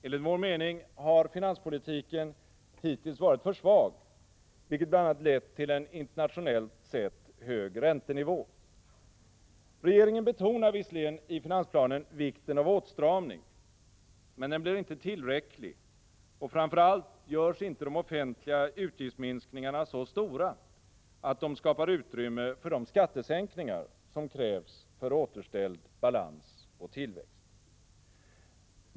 Enligt vår mening har finanspolitiken hittills varit för svag, vilket bl.a. lett till en internationellt sett hög räntenivå. Regeringen betonar visserligen i finansplanen vikten av åtstramning, men den blir inte tillräcklig och framför allt görs inte de offentliga utgiftsminskningarna så stora att de skapar utrymme för de skattesänkningar som krävs för återställd balans och tillväxt.